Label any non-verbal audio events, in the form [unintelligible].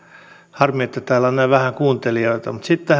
harmi että täällä on näin vähän kuuntelijoita mutta sitten [unintelligible]